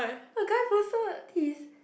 a guy posted his